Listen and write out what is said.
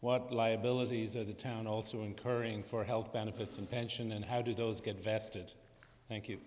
what liabilities are the town also incurring for health benefits and pension and how do those get vested thank you